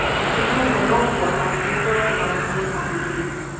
and even zenobia might preserve the dominion of the east.